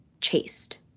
chased